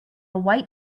white